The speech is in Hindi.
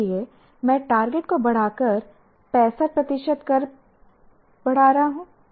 इसलिए मैं टारगेट को बढ़ाकर 65 प्रतिशत तक बढ़ाता हूं